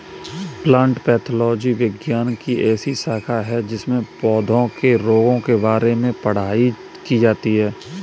plant pathology विज्ञान की ऐसी शाखा है जिसमें पौधों के रोगों के बारे में पढ़ाई की जाती है